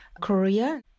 Korea